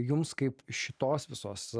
jums kaip šitos visos